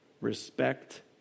Respect